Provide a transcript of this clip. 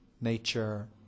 nature